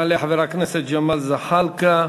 יעלה חבר הכנסת ג'מאל זחאלקה,